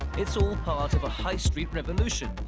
it's all part of a high street revolution,